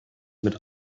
mit